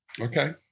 Okay